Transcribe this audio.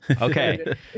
Okay